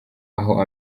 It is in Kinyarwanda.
aho